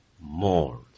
more